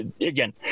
again